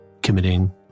committing